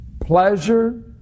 pleasure